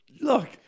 Look